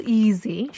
easy